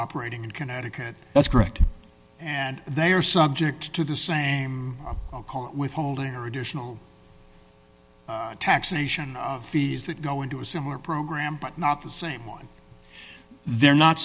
operating in connecticut that's correct and they are subject to the same withholding or additional taxation fees that go into a similar program but not the same one they're not